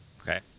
Okay